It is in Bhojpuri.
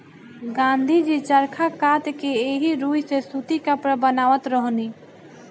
गाँधी जी चरखा कात के एही रुई से सूती कपड़ा बनावत रहनी